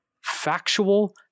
factual